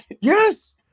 Yes